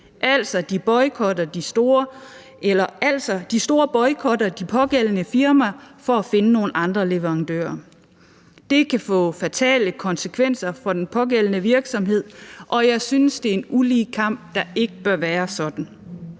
de store boykotter de pågældende firmaer for at finde nogle andre leverandører. Det kan få fatale konsekvenser for den pågældende virksomhed, og jeg synes, det er en ulige kamp, der ikke bør være sådan.